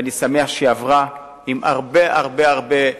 ואני שמח שהיא עברה עם הרבה ייסורים,